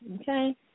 Okay